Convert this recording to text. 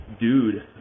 dude